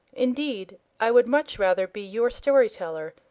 indeed, i would much rather be your story-teller,